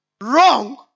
wrong